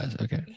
Okay